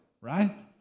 right